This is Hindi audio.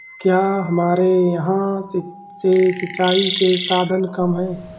क्या हमारे यहाँ से सिंचाई के साधन कम है?